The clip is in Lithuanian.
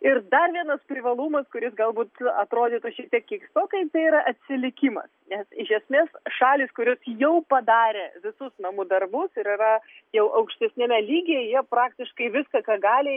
ir dar vienas privalumas kuris galbūt atrodytų šiek tiek keistokai tai yra atsilikimas nes iš esmės šalys kurios jau padarė visus namų darbus ir yra jau aukštesniame lygyje jie praktiškai viską ką gali